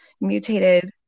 mutated